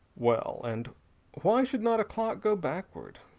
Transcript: well, and why should not a clock go backward?